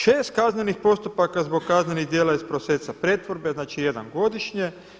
Šest kaznenih postupaka zbog kaznenih djela iz procesa pretvorbe, znači jedan godišnje.